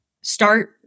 start